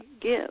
give